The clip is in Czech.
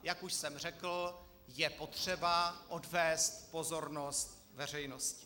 Jak už jsem řekl, je potřeba odvést pozornost veřejnosti.